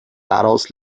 daraus